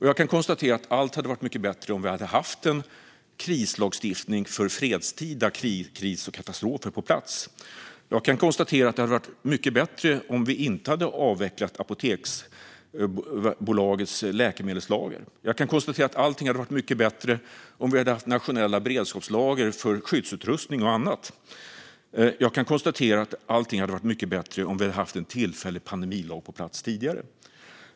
Jag kan konstatera att allt hade varit mycket bättre om vi hade haft en krislagstiftning för fredstida kriser och katastrofer på plats. Jag kan konstatera att det hade varit mycket bättre om vi inte hade avvecklat Apoteksbolagets läkemedelslager. Jag kan konstatera att allt hade varit mycket bättre om vi hade haft nationella beredskapslager för skyddsutrustning och annat. Jag kan konstatera att allt hade varit mycket bättre om vi hade haft en tillfällig pandemilag på plats tidigare.